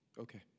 Okay